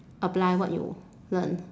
apply what you learn